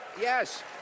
yes